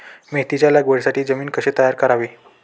मेथीच्या लागवडीसाठी जमीन कशी तयार करावी?